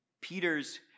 Peter's